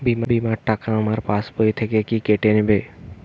বিমার টাকা আমার পাশ বই থেকে কি কেটে নেবে?